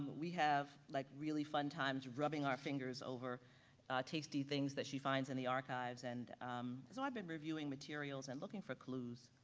we have like really fun times, rubbing our fingers over tasty things that she finds in the archives and so i've been reviewing materials and looking for clues